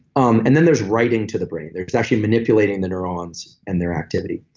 um and then there's writing to the brain. they're actually manipulating the neurons and their activity.